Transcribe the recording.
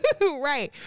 Right